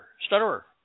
stutterer